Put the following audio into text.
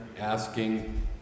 asking